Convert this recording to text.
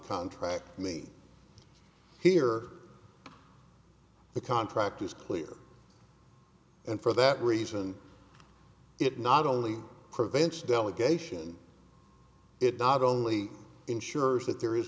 contract me here the contract is clear and for that reason it not only prevents delegation it not only ensures that there is